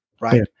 right